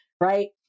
right